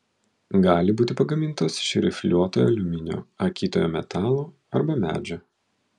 gali būti pagamintos iš rifliuotojo aliuminio akytojo metalo arba medžio